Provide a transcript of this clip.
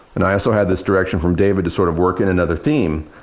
and i also had this direction from david to sort of work in another theme.